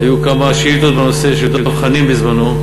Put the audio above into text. היו כמה שאילתות של דב חנין בנושא בזמנו,